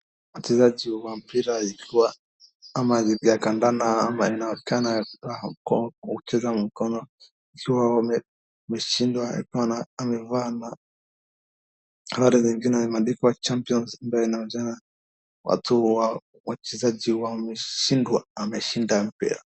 Wachezaji wa mpira ikiwa ama ligi ya kandanda, ama ikonekana kuwa . kucheza mkono ikiwa ameshindwa. Ikiwa amevaa na. Habari zingine imeandikwa 'Champions' , ambayo inahusiana watu wa wachezaji wa, ameshindwa, ameshinda mpya.